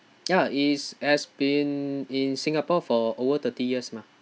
ya it's has been in singapore for over thirty years mah